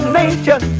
nation